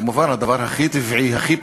מובן שהדבר הוא הכי טבעי, הכי,